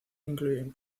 incluyen